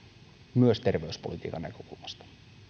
myös terveyspolitiikan näkökulmasta